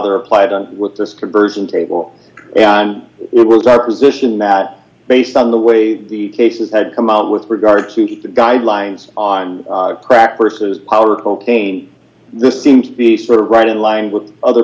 other applied on with this conversion table and it was our position that based on the way the cases had come out with regard to meet the guidelines on crack versus our cocaine this seems to be sort of right in line with other